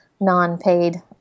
non-paid